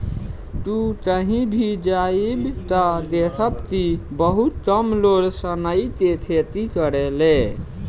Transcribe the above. तू कही भी जइब त देखब कि बहुते कम लोग सनई के खेती करेले